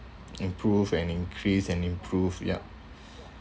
improve and increase and improve yup